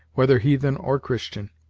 whether heathen or christian.